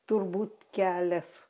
turbūt kelias